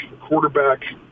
quarterback